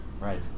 Right